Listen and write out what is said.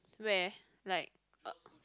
where like uh